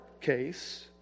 case